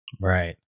Right